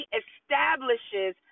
establishes